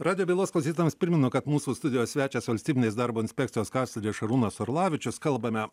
radijo bylos klausytojams primenu kad mūsų studijos svečias valstybinės darbo inspekcijos kancleris šarūnas orlavičius kalbame